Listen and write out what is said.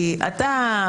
אתה,